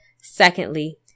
Secondly